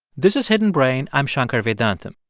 this is hidden brain. i'm shankar vedantam.